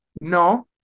No